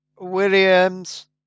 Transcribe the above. Williams